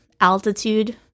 Altitude